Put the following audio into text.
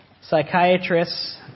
Psychiatrists